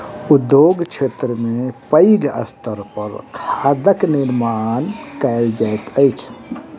उद्योग क्षेत्र में पैघ स्तर पर खादक निर्माण कयल जाइत अछि